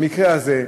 במקרה הזה,